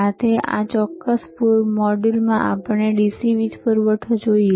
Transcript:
આજે આ ચોક્કસ મોડ્યુલમાં ચાલો DC વીજ પૂરવઠો જોઈએ